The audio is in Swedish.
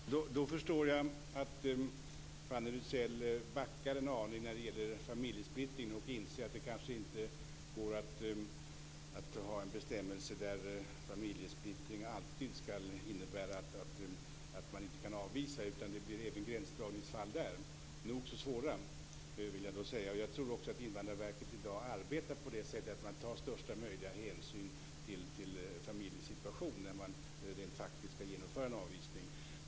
Fru talman! Då förstår jag att Fanny Rizell backar en aning när det gäller familjesplittring och att hon inser att det inte går att ha en bestämmelse där familjesplittring alltid skall innebära att man inte kan avvisa. Det blir nog så svåra gränsdragningsfall även där. Jag tror också att Invandrarverket i dag arbetar på det sättet att man tar största möjliga hänsyn till en familjesituation när man skall genomföra en avvisning.